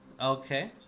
Okay